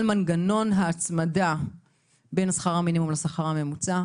על כך שהחישוב של השכר הממוצע